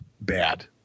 bad